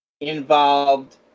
involved